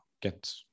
get